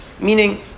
Meaning